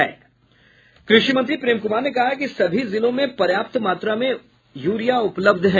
कृषि मंत्री प्रेम कुमार ने कहा है कि सभी जिलों में पर्याप्त मात्रा में यूरिया उपलब्ध है